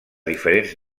diferents